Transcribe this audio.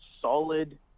solid